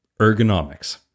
Ergonomics